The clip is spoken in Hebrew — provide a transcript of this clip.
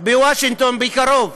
בוושינגטון בקרוב,